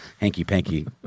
hanky-panky